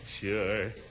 Sure